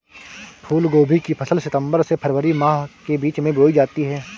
फूलगोभी की फसल सितंबर से फरवरी माह के बीच में बोई जाती है